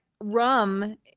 rum